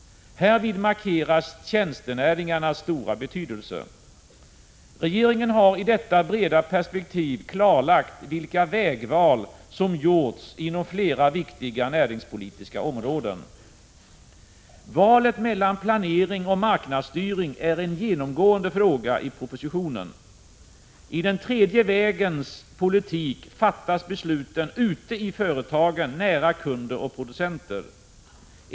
Härvid markeras tjänstenäringarnas stora betydelse. Regeringen har i detta breda perspektiv klarlagt vilka vägval som gjorts inom flera viktiga näringspolitiska områden. Valet mellan planering och marknadsstyrning är en genomgående fråga i propositionen. I den tredje vägens politik fattas besluten ute i företagen, nära kunder och producenter.